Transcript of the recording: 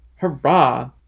Hurrah